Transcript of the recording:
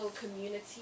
community